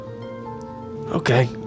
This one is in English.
Okay